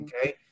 Okay